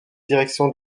direction